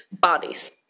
bodies